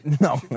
No